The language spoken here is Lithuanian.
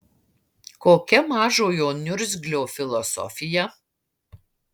kokia mažojo niurzglio filosofija